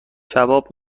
کباب